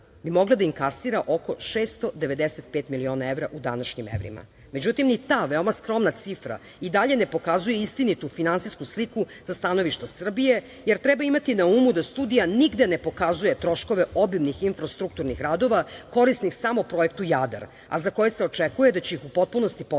bi mogla da inkasira oko 695 miliona evra u današnjim evrima.Međutim, ni ta veoma skromna cifra i dalje ne pokazuje istinitu finansijsku sliku sa stanovišta Srbije, jer treba imati na umu da studija nigde ne pokazuje troškove obimnih infrastrukturnih radova korisnih samo projektu Jadar, a za koje se očekuje da će ih u potpunosti podneti